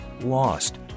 lost